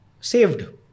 saved